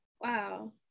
Wow